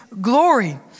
glory